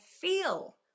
feel